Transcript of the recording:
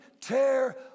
tear